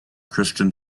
christian